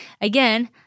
again